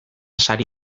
sari